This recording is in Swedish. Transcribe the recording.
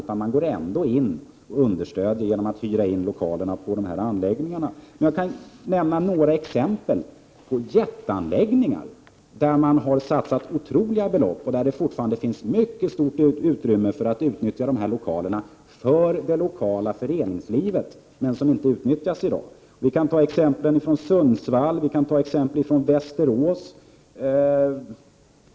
Jag kan emellertid nämna några exempel på jätteanläggningar där kommunerna har satsat otroligt stora belopp och där det fortfarande finns mycket stort utrymme för att utnyttja lokalerna för det lokala föreningslivet. Men denna möjlighet utnyttjas inte i dag. Det finns exempel från Sundsvall och Västerås.